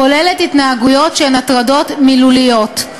כוללת התנהגויות שהן הטרדות מילוליות: